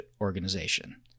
organization